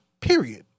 period